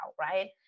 right